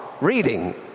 reading